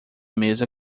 mesa